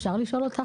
אפשר לשאול אותך,